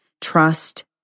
trust